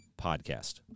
podcast